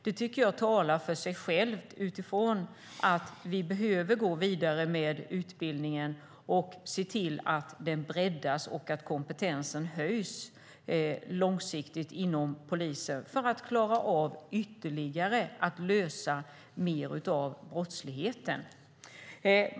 Det tycker jag talar för sig självt utifrån att vi behöver gå vidare med utbildningen och se till att den breddas och att kompetensen höjs långsiktigt inom polisen för klara av att ytterligare lösa brottsligheten.